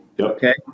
Okay